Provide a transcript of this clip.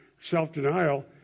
self-denial